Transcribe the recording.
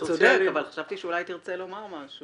אתה צודק, אבל חשבתי שאולי תרצה לומר משהו.